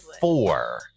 four